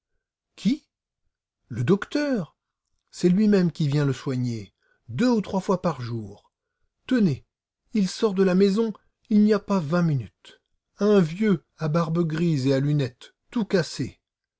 le docteur c'est lui-même qui vient le soigner deux ou trois fois par jour tenez il sort de la maison il n'y a pas vingt minutes un vieux à barbe grise et à lunettes tout cassé